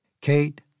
Kate